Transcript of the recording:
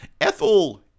Ethel-